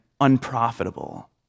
unprofitable